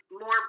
more